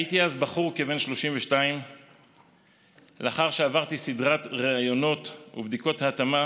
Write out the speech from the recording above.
הייתי אז בחור כבן 32. לאחר שעברתי סדרת ראיונות ובדיקות התאמה